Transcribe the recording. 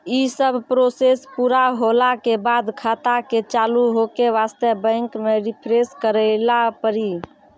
यी सब प्रोसेस पुरा होला के बाद खाता के चालू हो के वास्ते बैंक मे रिफ्रेश करैला पड़ी?